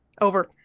over